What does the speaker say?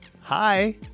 hi